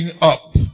up